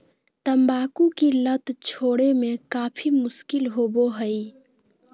तंबाकू की लत छोड़े में काफी मुश्किल होबो हइ